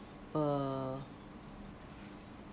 uh